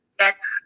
thats